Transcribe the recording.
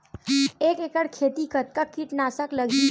एक एकड़ खेती कतका किट नाशक लगही?